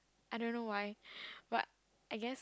I don't know why but I guess